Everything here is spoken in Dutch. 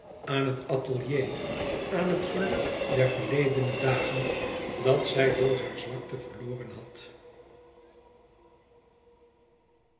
aan het atelier aan het geluk der verledene dagen dat zij door hare zwakte verloren had